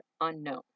unknown